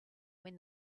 when